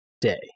day